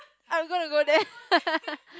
I'm gonna go there